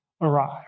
arrive